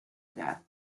death